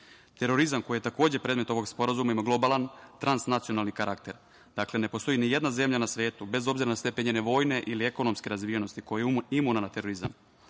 Terorizam koji je takođe predmet ovog sporazuma ima globalan transnacionalni karakter. Dakle, ne postoji ni jedna zemlja na svetu, bez obzira na stepen njene vojne ili ekonomske razvijenosti, koja je imuna na terorizam,